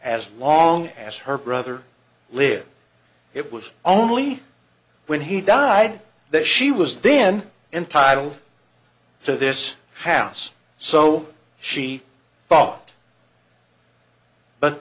as long as her brother lived it was only when he died that she was then entitled to this house so she thought but